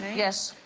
yes,